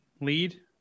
lead